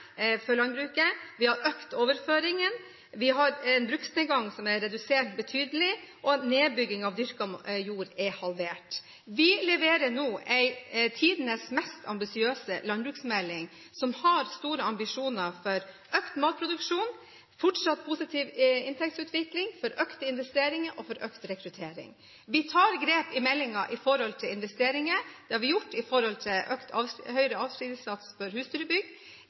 Vi har økt overføringene. Vi har en bruksnedgang som er redusert betydelig, og nedbyggingen av dyrket jord er halvert. Vi leverer nå tidenes mest ambisiøse landbruksmelding, som har store ambisjoner om økt matproduksjon, fortsatt positiv inntektsutvikling, økte investeringer og økt rekruttering. Vi tar grep i meldingen når det gjelder investeringer. Det har vi gjort i forbindelse med høyere avskrivningssats for husdyrbygg. Det står også i merknadene til